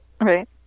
Right